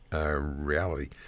reality